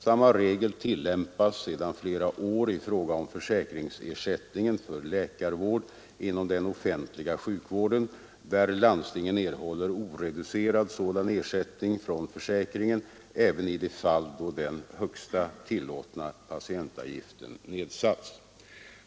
Samma regel tillämpas sedan flera år i fråga om försäkringsersättningen för läkarvård inom den offentliga sjukvården, där landstingen erhåller oreducerad sådan ersättning från försäkringen även i de fall då den högsta tillåtna patientavgiften nedsatts.